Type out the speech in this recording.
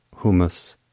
humus